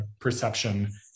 perception